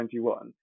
2021